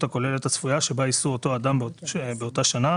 הכוללת הצפויה שבה יישא אותו אדם באותה שנה,